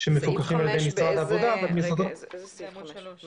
שמפוקחים על ידי משרד העבודה --- איזה סעיף 5?